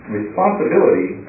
responsibility